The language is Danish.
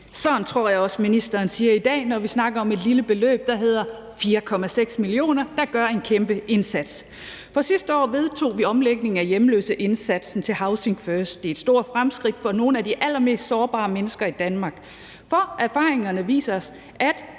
Sådan tror jeg også at ministeren siger i dag, når vi snakker om et lille beløb, der hedder 4,6 mio. kr., som man kan gøre en kæmpe indsats med. Sidste år vedtog vi omlægningen af hjemløseindsatsen til housing first. Det er et stort fremskridt for nogle at de allermest sårbare mennesker i Danmark, for erfaringerne viser os, at